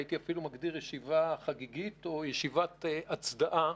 שהייתי אפילו מגדיר ישיבה חגיגית או ישיבת הצדעה